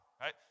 right